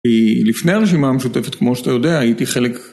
לפני הרשימה המשותפת, כמו שאתה יודע, הייתי חלק...